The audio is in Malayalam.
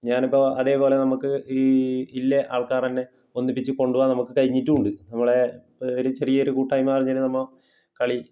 ഞാനിപ്പോൾ അതേപോലെ നമുക്ക് ഈ ഇല്ല ആൾക്കാർ എന്നെ ഒന്നിപ്പിച്ച് കൊണ്ടുപോവാൻ നമുക്ക് കഴിഞ്ഞിട്ടുണ്ട് നമ്മളെ ഒരു ചെറിയ ഒരു കൂട്ടായ്മ എന്ന് പറഞ്ഞാൽ നമ്മൾ കളി